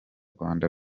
rwanda